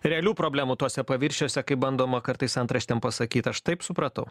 realių problemų tuose paviršiuose kaip bandoma kartais antraštėm pasakyt aš taip supratau